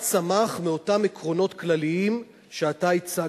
למה שצמח מאותם עקרונות כלליים שאתה הצגת.